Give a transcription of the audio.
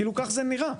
כך זה נראה.